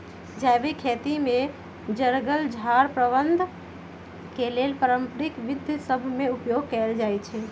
जैविक खेती में जङगल झार प्रबंधन के लेल पारंपरिक विद्ध सभ में उपयोग कएल जाइ छइ